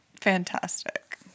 Fantastic